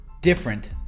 different